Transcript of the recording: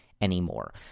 anymore